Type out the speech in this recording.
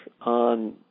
on